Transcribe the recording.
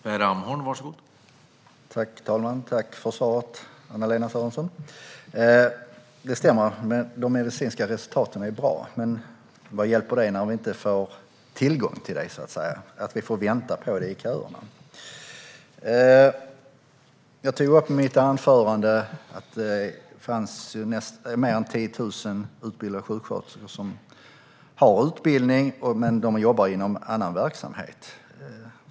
Herr talman! Tack för svaret, Anna-Lena Sörenson! Det stämmer att de medicinska resultaten är bra, men vad hjälper det när vi inte får tillgång utan får vänta i köerna? I mitt anförande tog jag upp att det finns över 10 000 utbildade sjuksköterskor som har utbildning men som jobbar inom annan verksamhet.